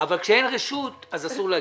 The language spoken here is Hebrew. אבל כשאין רשות אז אסור להגיד.